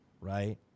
right